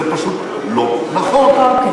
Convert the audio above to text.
זה פשוט לא נכון.